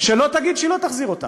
שלא תגיד שהיא לא תחזיר אותן.